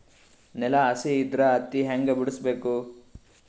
ನೆಲ ಹಸಿ ಇದ್ರ ಹತ್ತಿ ಹ್ಯಾಂಗ ಬಿಡಿಸಬೇಕು?